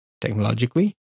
technologically